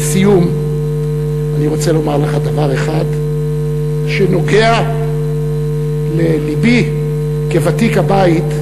לסיום אני רוצה לומר לך דבר אחד שנוגע ללבי כוותיק הבית,